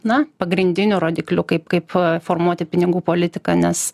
na pagrindiniu rodikliu kaip kaip formuoti pinigų politiką nes